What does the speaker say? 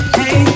hey